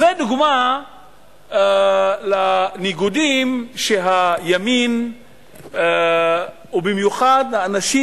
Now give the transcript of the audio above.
אז זו דוגמה לניגודים שהימין ובמיוחד האנשים